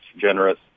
generous